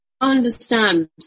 understand